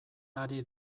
ari